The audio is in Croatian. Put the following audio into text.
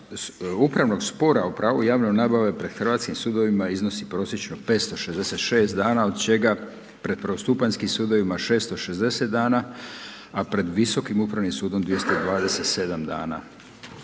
upravnog spora o pravu javne nabave pred hrvatskim sudovima iznosi prosječno 566 dana od čega pred prvostupanjskim 660 dana, a pred Visokim upravnim sudom 227 dana.